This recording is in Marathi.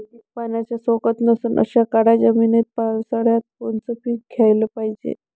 पाण्याचा सोकत नसन अशा काळ्या जमिनीत पावसाळ्यात कोनचं पीक घ्याले पायजे?